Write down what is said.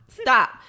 stop